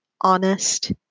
honest